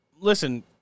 listen